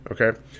okay